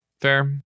Fair